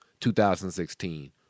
2016